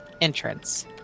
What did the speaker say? entrance